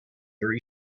very